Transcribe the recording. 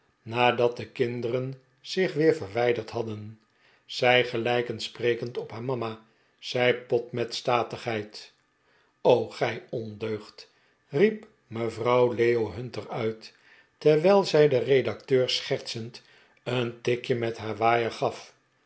nadat de kinderen zich weer verwijderd hadden zij gelijken sprekend op haar mama zei pott met statigheid gij ondeugd riep mevrouw leo hunter uit terwijl zij den redacteur schertsend een tikje met haar waaier gaf